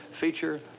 feature